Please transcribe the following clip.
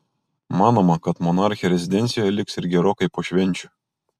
manoma kad monarchė rezidencijoje liks ir gerokai po švenčių